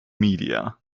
media